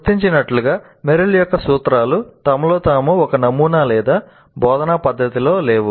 గుర్తించినట్లుగా Merrill యొక్క సూత్రాలు తమలో తాము ఒక నమూనా లేదా బోధనా పద్ధతిలో లేవు